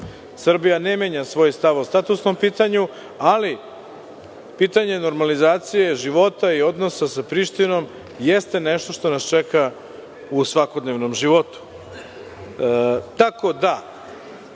Srbija ne menja svoj stav o statusnom pitanju, ali pitanje normalizacije života i odnosa sa Prištinom jeste nešto što nas čeka u svakodnevnom